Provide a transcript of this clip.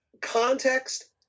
context